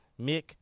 mick